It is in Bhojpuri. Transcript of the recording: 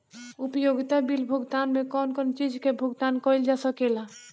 उपयोगिता बिल भुगतान में कौन कौन चीज के भुगतान कइल जा सके ला?